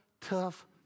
tough